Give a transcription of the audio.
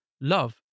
love